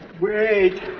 Wait